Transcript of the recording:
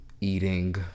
Eating